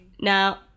Now